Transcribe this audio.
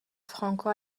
franco